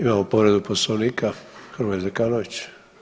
Imamo povredu poslovnika Hrvoje Zekanović.